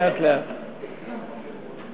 זוהי כנסת ישראל.